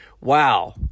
Wow